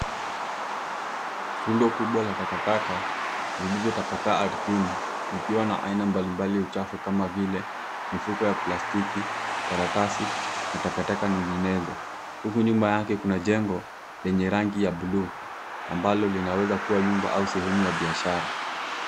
Rundo kubwa la takataka zilizotapakaa ardhini zikiwa na aina mbalimbali ya uchafu kama vile mifuko ya plastiki, karatasi na takataka nyinginezo, huku nyuma yake kuna jengo lenye rangi ya bluu ambalo linaweza kuwa nyumba au sehemu ya biashara.